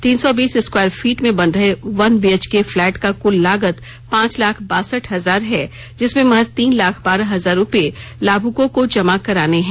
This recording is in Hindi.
तीन सौ बीस स्क्वायर फीट में बन रहे वन बीएचके फ्लैट का कुल लागत पांच लाख बासठ हजार है जिसमें महज तीन लाख बारह हजार रुपए लाभुकों को जमा कराने हैं